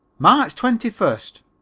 march twenty first.